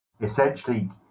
essentially